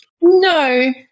No